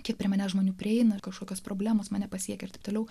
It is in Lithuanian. kiek priminė žmonių prieina kažkokios problemos mane pasiekia ir taip toliau